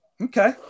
Okay